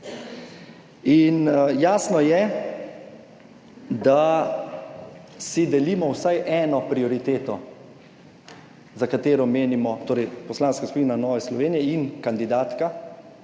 In jasno je, da si delimo vsaj eno prioriteto, za katero menimo, torej Poslanska skupina Nove Slovenije in kandidatka,